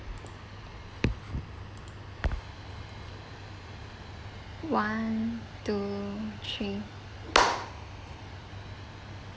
one two three